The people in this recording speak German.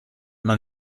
man